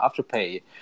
Afterpay